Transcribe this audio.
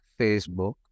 Facebook